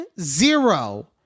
zero